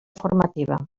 formativa